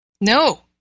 No